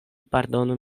pardonu